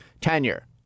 tenure